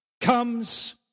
comes